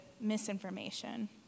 misinformation